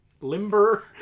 limber